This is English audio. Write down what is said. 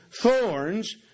thorns